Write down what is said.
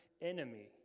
enemy